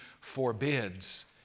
forbids